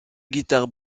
guitare